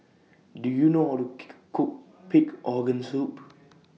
Do YOU know How to Cook Pig Organ Soup